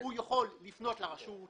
הוא יכול לפנות לרשות,